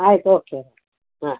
ಆಯ್ತು ಓಕೆ ಹಾಂ